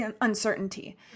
uncertainty